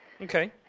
Okay